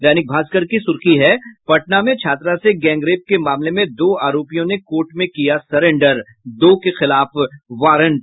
दैनिक भास्कर की सुर्खी है पटना में छात्रा से गैंगरेप के मामले में दो आरोपियों ने कोर्ट में किया सरेंडर दो के खिलाफ वारंट